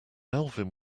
alvin